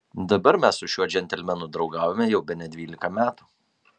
dabar mes su šiuo džentelmenu draugaujame jau bene dvylika metų